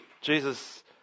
Jesus